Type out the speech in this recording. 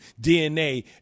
DNA